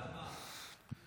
תודה רבה.